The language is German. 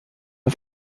auf